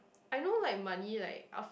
I know like money like after